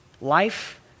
Life